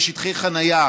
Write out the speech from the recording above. יש שטחי חניה,